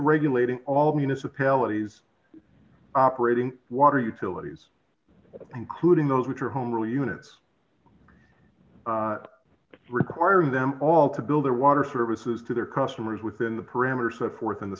regulating all municipalities operating water utilities including those which are home rule units require them all to build their water services to their customers within the parameters set forth in the